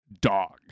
Dog